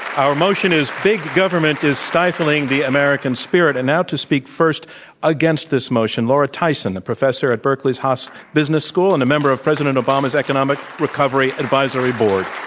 our motion is big government is stifling the american spirit, and now to speak first against this motion, laura tyson, a professor at berkeley's haas business school and a member of president obama's economic recovery advisory board.